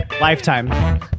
Lifetime